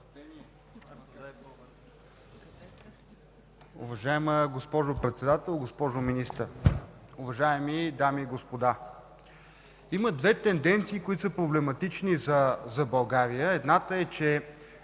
Уважаема госпожо Председател, госпожо Министър, уважаеми дами и господа! Има две тенденции, които са проблематични за България. Едната е, че